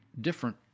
different